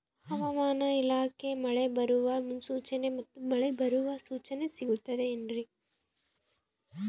ಹವಮಾನ ಇಲಾಖೆ ಮಳೆ ಬರುವ ಮುನ್ಸೂಚನೆ ಮತ್ತು ಮಳೆ ಬರುವ ಸೂಚನೆ ಸಿಗುತ್ತದೆ ಏನ್ರಿ?